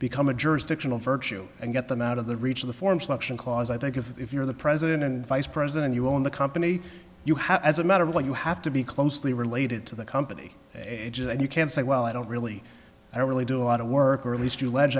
become a jurisdictional virtue and get them out of the reach of the form selection cause i think if you're the president and vice president you own the company you have as a matter of what you have to be closely related to the company and you can say well i don't really i really do a lot of work or at least two le